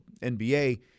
NBA